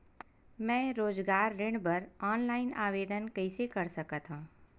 मैं रोजगार ऋण बर ऑनलाइन आवेदन कइसे कर सकथव?